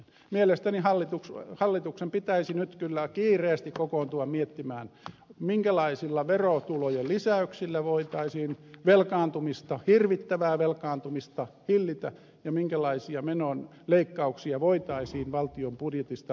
mielestäni hallituksen pitäisi nyt kyllä kiireesti kokoontua miettimään minkälaisilla verotulojen lisäyksillä voitaisiin velkaantumista hirvittävää velkaantumista hillitä ja minkälaisia menoleikkauksia voitaisiin valtion budjetista löytää